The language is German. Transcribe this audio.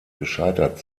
gescheitert